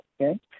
okay